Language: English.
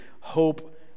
Hope